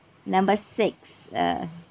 number six uh